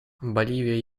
боливия